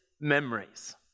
memories